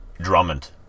Drummond